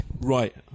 Right